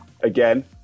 again